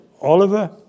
Oliver